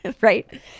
Right